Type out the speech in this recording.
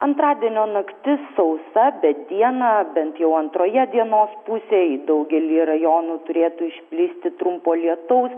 antradienio naktis sausa bet dieną bent jau antroje dienos pusėj daugely rajonų turėtų išplisti trumpo lietaus